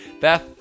Beth